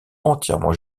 entièrement